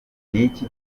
niki